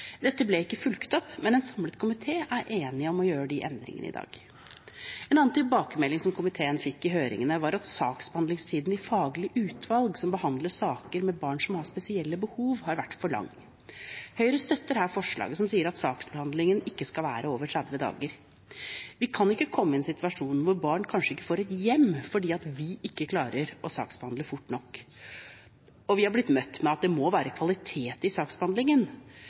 Dette ble ikke fulgt opp, men en samlet komité er enig om å gjøre de endringene i dag. En annen tilbakemelding komiteen fikk i høringen, var at saksbehandlingstiden i faglige utvalg som behandler saker med barn som har spesielle behov, har vært for lang. Høyre støtter her forslaget som sier at saksbehandlingstiden ikke skal være over 30 dager. Vi kan ikke komme i en situasjon hvor barn kanskje ikke får et hjem fordi vi ikke klarer å saksbehandle fort nok. Vi har blitt møtt med at det må være kvalitet i saksbehandlingen,